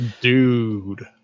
Dude